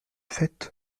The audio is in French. fait